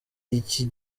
iki